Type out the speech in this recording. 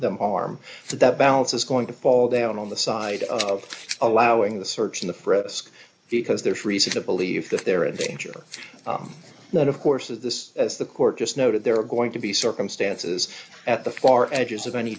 them harm that balance is going to fall down on the side of allowing the search in the press because there's reason to believe that they're in danger not of course of this as the court just noted there are going to be circumstances at the far edges of any